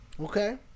Okay